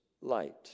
light